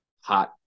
hot